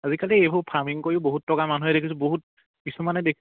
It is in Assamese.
আজিকালি এইবোৰ ফাৰ্মিং কৰিও বহুত টকা মানুহে দেখিছোঁ বহুত কিছুমানে